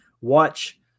Watch